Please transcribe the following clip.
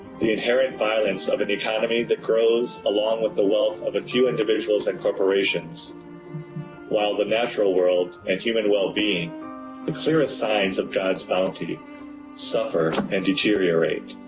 the inherent violence of an economy that grows along with the wealth of a few individuals and corporations while the natural world and human well being the clearest signs of god s bounty suffer and deteriorate.